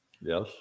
Yes